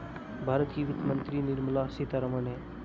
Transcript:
भारत की वित्त मंत्री निर्मला सीतारमण है